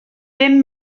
bum